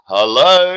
Hello